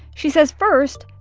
she says, first,